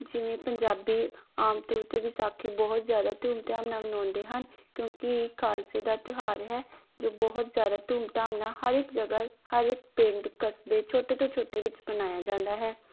ਜਿਵੇਂ ਪੰਜਾਬੀ ਆਮ ਤੌਰ 'ਤੇ ਵਿਸਾਖੀ ਬਹੁਤ ਜ਼ਿਆਦਾ ਧੂਮਧਾਮ ਨਾਲ ਮਨਾਉਂਦੇ ਹਨ ਕਿਉਂਕਿ ਖਾਲਸੇ ਦਾ ਤਿਉਹਾਰ ਹੈ ਜੋ ਬਹੁਤ ਜ਼ਿਆਦਾ ਧੂਮਧਾਮ ਨਾਲ ਹਰ ਇੱਕ ਜਗ੍ਹਾ ਹਰ ਇੱਕ ਪਿੰਡ ਕਸਬੇ ਛੋਟੇ ਤੋਂ ਛੋਟੇ ਵਿੱਚ ਮਨਾਇਆ ਜਾਂਦਾ ਹੈ